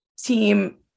team